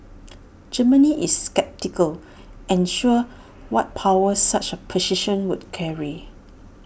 Germany is sceptical unsure what powers such A position would carry